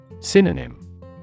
Synonym